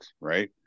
right